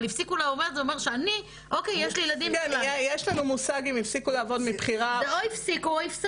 יש לנו מושג אם הפסיקו לעבוד מבחירה או לא מבחירה.